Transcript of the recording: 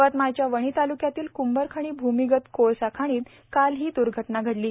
यवतमाळच्या वणी ताल्क्यातील कृंभारखणी भूमिगत कोळसा खाणीत काल ही द्र्घटना घडली आहे